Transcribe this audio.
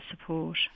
support